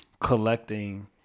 collecting